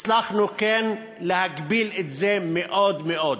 הצלחנו כן להגביל את זה מאוד מאוד.